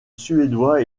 suédois